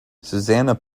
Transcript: susannah